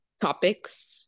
topics